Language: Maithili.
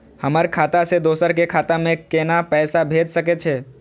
हमर खाता से दोसर के खाता में केना पैसा भेज सके छे?